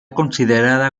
considerada